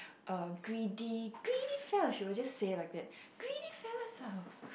uh greedy greedy fellow she were just say like that greedy fellows ah